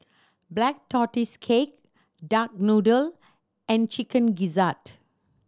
Black Tortoise Cake duck noodle and Chicken Gizzard